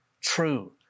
true